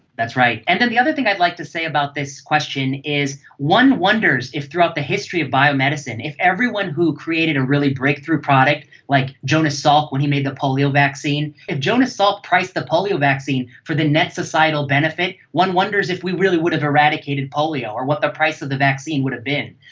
that's right. and then the other thing i'd like to say about this question is one wonders if throughout the history of biomedicine if everyone who created a really breakthrough product, like jonas salk when he made the polio vaccine, if jonas salk comprised the polio vaccine for the net societal benefit, one wonders if we really would have eradicated polio or what the price of the vaccine would have been.